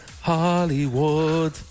Hollywood